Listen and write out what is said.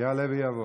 יעלה ויבוא.